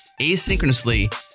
asynchronously